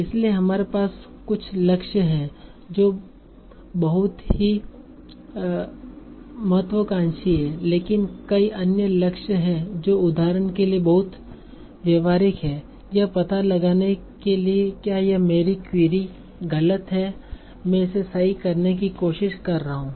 इसलिए हमारे पास कुछ लक्ष्य हैं जो बहुत ही महत्वाकांक्षी हैं लेकिन कई अन्य लक्ष्य हैं जो उदाहरण के लिए भी बहुत व्यावहारिक हैं यह पता लगाने कि क्या यह मेरी क्वेरी गलत है मैं इसे सही करने की कोशिश कर रहा हूं